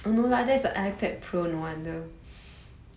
okay this [one] is normal ipad